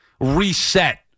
reset